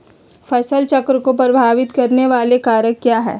फसल चक्र को प्रभावित करने वाले कारक क्या है?